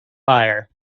fire